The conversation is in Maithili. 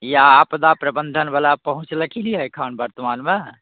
या आपदा प्रबन्धन बला पहुँचलखिन एखन बर्तमानमे